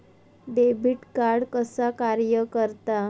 Debit card कसा कार्य करता?